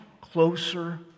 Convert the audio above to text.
closer